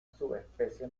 subespecie